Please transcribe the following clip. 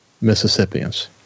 Mississippians